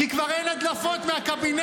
כי כבר אין הדלפות מהקבינט.